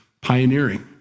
Pioneering